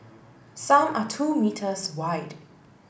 some are two meters wide